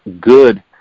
good